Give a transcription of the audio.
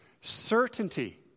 Certainty